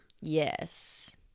Yes